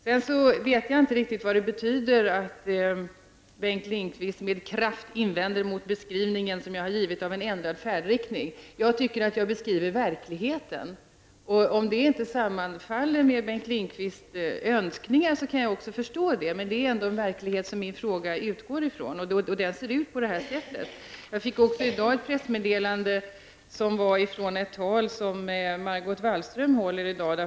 Sedan vet jag inte riktigt vad det betyder att Bengt Lindqvist med kraft invänder mot den beskrivning som jag givit av en förändrad färdriktning. Jag tycker att jag beskriver verkligheten. Om den inte sammanfaller med Bengt Lindqvists önskningar kan jag förstå det. Men den verklighet som min fråga utgår från ser ut på det här sättet. Jag har här ett pressmeddelande om ett tal som Margot Wallström håller i dag.